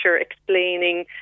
explaining